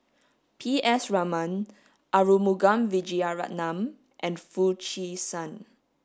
P S Raman Arumugam Vijiaratnam and Foo Chee San